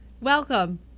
Welcome